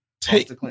Take